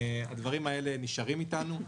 הדברים האלה נשארים איתנו.